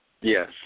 Yes